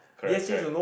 correct correct